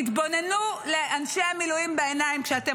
תתבוננו לאנשי המילואים בעיניים כשאתם